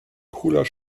cooler